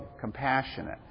compassionate